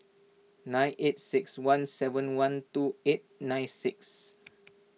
nine eight six one seven one two eight nine six